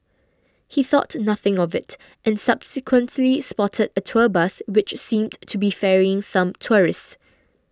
he thought nothing of it and subsequently spotted a tour bus which seemed to be ferrying some tourists